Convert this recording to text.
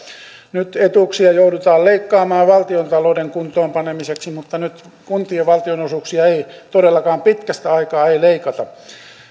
nyt etuuksia joudutaan leikkaamaan valtiontalouden kuntoon panemiseksi mutta nyt kuntien valtionosuuksia ei todellakaan pitkästä aikaa leikata